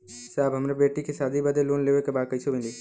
साहब हमरे बेटी के शादी बदे के लोन लेवे के बा कइसे मिलि?